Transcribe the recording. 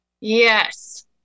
Yes